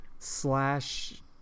Slash